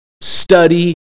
study